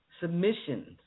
submissions